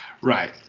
Right